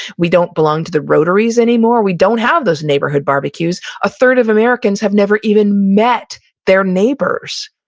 we don't belong to the rotaries anymore. we don't have those neighborhood barbecues. a third of americans have never even met their neighbors.